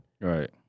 right